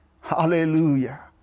Hallelujah